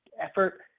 effort